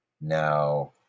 Now